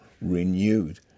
renewed